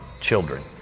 children